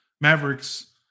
Mavericks